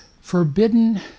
forbidden